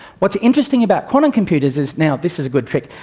what's interesting about quantum computers is, now, this is a good trick.